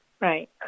right